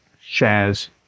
shares